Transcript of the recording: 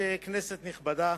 ממשיכים לסעיף הבא: